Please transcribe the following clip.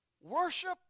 worship